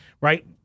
right